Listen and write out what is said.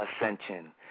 ascension